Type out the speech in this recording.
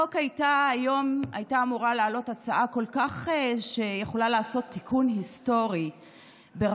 היום הייתה אמורה לעלות הצעה שהייתה יכולה לעשות תיקון היסטורי כל כך,